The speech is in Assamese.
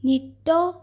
নৃত্য